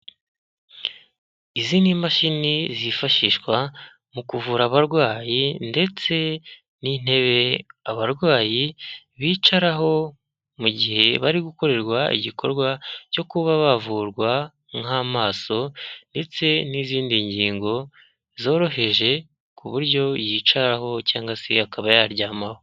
Izi ni imashini zifashishwa mu kuvura abarwayi ndetse n'intebe abarwayi bicaraho mu gihe bari gukorerwa igikorwa cyo kuba bavurwa nk'amaso ndetse n'izindi ngingo zoroheje ku buryo yicaraho cyangwa se akaba yaryamaho.